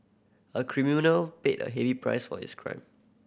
a criminal paid a heavy price for his crime